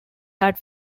had